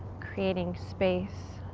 creating space.